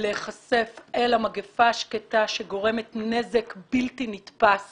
להיחשף למגיפה השקטה שגורמת נזק בלתי נתפס